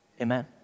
Amen